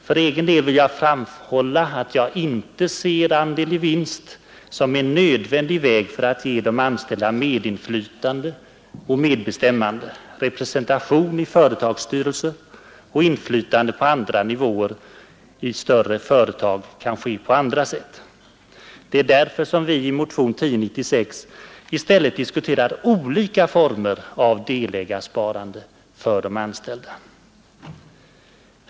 För egen del vill jag framhålla att jag inte ser andel i vinst som en nödvändig väg för att ge de anställda medinflytande och medbestämmande; representation i företagsstyrelser och inflytande på andra nivåer i större företag kan åstadkommas på andra sätt. Det är därför som vi i motion 1096 i stället diskuterar olika former av delägarsparande för de anställda.